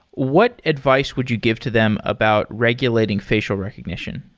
what advice would you give to them about regulating facial recognition?